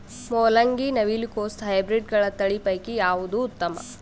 ಮೊಲಂಗಿ, ನವಿಲು ಕೊಸ ಹೈಬ್ರಿಡ್ಗಳ ತಳಿ ಪೈಕಿ ಯಾವದು ಉತ್ತಮ?